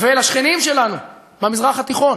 ואל השכנים שלנו במזרח התיכון